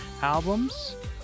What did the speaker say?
albums